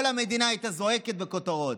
כל המדינה הייתה זועקת בכותרות,